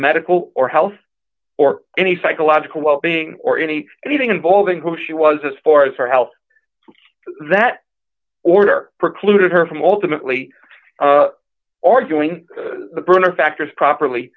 medical or health or any psychological wellbeing or any anything involving who she was as far as her health that order preclude her from ultimately arguing the burner factors properly